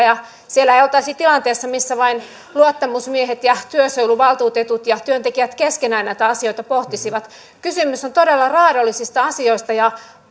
ja siellä ei oltaisi tilanteessa missä vain luottamusmiehet ja työsuojeluvaltuutetut ja työntekijät keskenään näitä asioita pohtisivat kysymys on todella raadollisista asioista ja